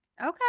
Okay